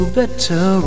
better